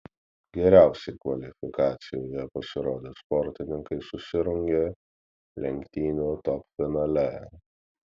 geriausiai kvalifikacijoje pasirodę sportininkai susirungė lenktynių top finale